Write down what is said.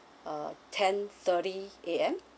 uh ten thirty A_M